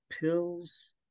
Pills